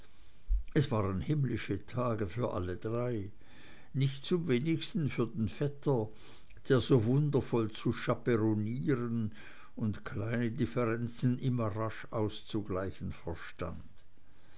es waren himmlische tage für alle drei nicht zum wenigsten für den vetter der so wundervoll zu chaperonnieren und kleine differenzen immer rasch auszugleichen verstand